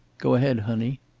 go ahead, honey.